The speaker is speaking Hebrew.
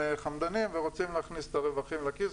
חמדנים ורוצים להכניס את הרווחים לכיס,